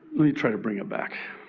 let me try to bring it back.